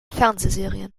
fernsehserien